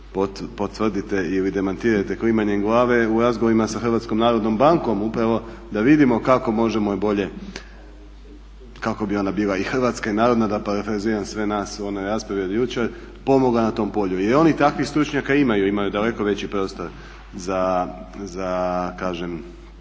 potvrdite ili demantirajte klimanjem glave. U razgovorima sa HNB-om upravo da vidimo kako možemo bolje, kako bi ona bila i hrvatska i narodna da parafraziram sve nas u onoj raspravi od jučer, pomogla na tom polju. I oni takvih slučaja imaju, imaju daleko veći prostor za